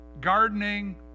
gardening